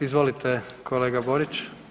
Izvolite kolega Borić.